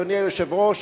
אדוני היושב-ראש,